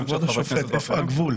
אבל כבוד השופט, איפה הגבול?